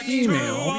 email